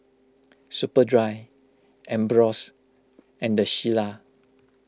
Superdry Ambros and the Shilla